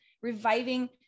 reviving